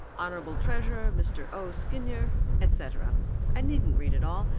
hon. treasurer mr. o. skinyer, et cetera i needn't read it all.